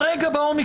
כרגע באומיקרון.